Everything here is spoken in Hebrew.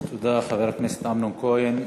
תודה לחבר הכנסת אמנון כהן.